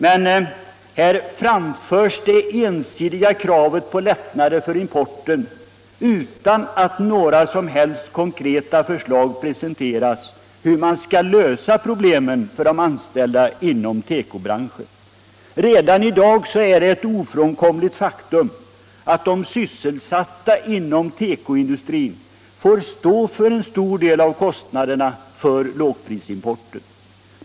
Men här framförs det ensidiga kravet på lättnader för importen utan att några som helst konkreta förslag presenteras om hur man skall lösa problemen för de anställda inom tekobranschen, Redan i dag är det ett ofrånkomligt faktum att de inom tekoindustrin sysselsatta får stå för en stor del av kostnaderna för lågprisimporten.